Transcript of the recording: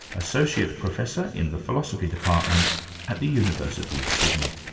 associate professor in the philosophy department at the university of sydney.